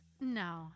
No